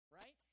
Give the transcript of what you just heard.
right